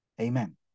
Amen